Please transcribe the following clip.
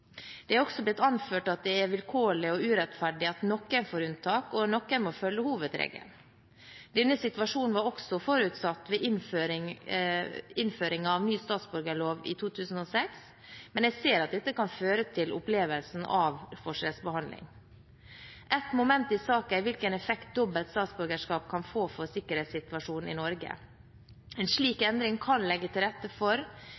Det er også blitt anført at det er vilkårlig og urettferdig at noen får unntak og noen må følge hovedregelen. Denne situasjonen var også forutsatt ved innføring av ny statsborgerlov i 2006, men jeg ser at dette kan føre til opplevelsen av forskjellsbehandling. Et moment i saken er hvilken effekt dobbelt statsborgerskap kan få for sikkerhetssituasjonen i Norge. En slik endring kan legge til rette for